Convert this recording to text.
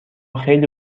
خیلی